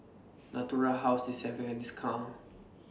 Natura House IS having A discount